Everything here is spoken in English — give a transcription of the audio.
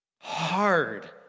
Hard